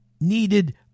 needed